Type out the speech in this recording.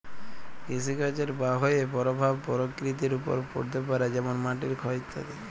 কৃষিকাজের বাহয়ে পরভাব পরকৃতির ওপর পড়তে পারে যেমল মাটির ক্ষয় ইত্যাদি